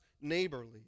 neighborly